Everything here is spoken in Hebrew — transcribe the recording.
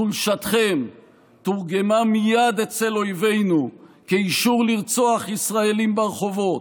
חולשתכם תורגמה מייד אצל אויבינו כאישור לרצוח ישראלים ברחובות,